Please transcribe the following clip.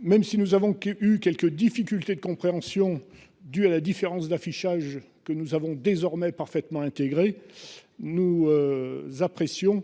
Même si nous avons eu quelques difficultés de compréhension, dûes à la différence d'affichage que nous avons désormais parfaitement intégré nous. Apprécions.